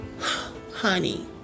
Honey